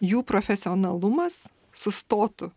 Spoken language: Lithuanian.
jų profesionalumas sustotų